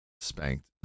spanked